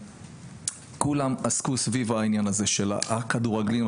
כולם עסקו סביב העניין הזה שהכדורגלנים,